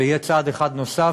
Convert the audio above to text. זה יהיה צעד אחד נוסף